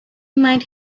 might